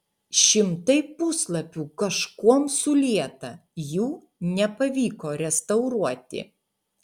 šimtai puslapių kažkuom sulieta jų nepavyko restauruoti